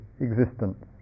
existence